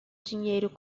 dinheiro